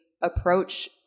approach